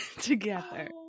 together